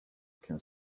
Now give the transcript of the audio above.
can